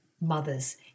mothers